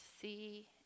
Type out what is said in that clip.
see